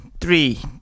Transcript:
three